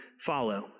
follow